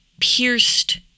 pierced